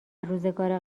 روزگار